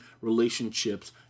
relationships